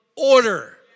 Order